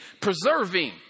Preserving